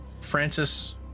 Francis